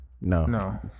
No